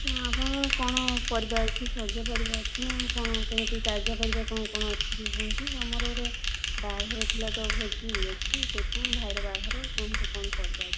ହଁ ଆପଣଙ୍କ କ'ଣ ପରିବା ଅଛି ସଜ ପରିବା ଅଛି ନା କ'ଣ କେମିତି ତାଜା ପରିବା କ'ଣ କ'ଣ ଅଛି ଟିକିଏ କୁହନ୍ତୁ ଆମର ଗୋଟେ ବାହାଘର ଥିଲା ତ ଭୋଜି ଅଛି ସେଥିପାଇଁ ମୋ ଭାଇର ବାହାଘର କୁହନ୍ତୁ କ'ଣ ପରିବା ଅଛି